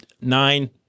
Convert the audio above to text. nine